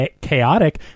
chaotic